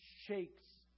shakes